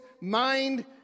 mind